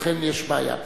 לכן יש בעיה.